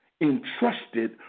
entrusted